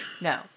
No